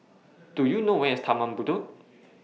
Do YOU know Where IS Taman Bedok